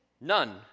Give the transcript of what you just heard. None